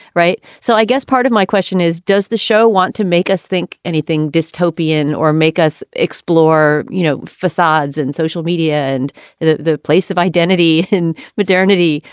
right. so i guess part of my question is, does the show want to make us think anything dystopian or make us explore, you know, facades in social media and the the place of identity and modernity?